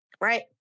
Right